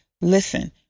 Listen